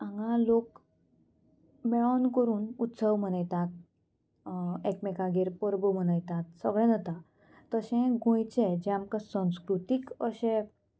हांगा लोक मेळोन करून उत्सव मनयतात एकमेकागेर परबो मनयतात सगळें जाता तशें गोंयचे जे आमकां संस्कृतीक अशे